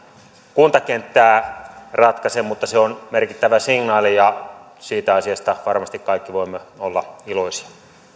kuntakenttää ratkaise mutta se on merkittävä signaali ja siitä asiasta varmasti kaikki voimme olla iloisia